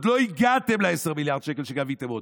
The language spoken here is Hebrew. עוד לא הגעתם ל-10 מיליארד שקל שגביתם עודף.